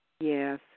Yes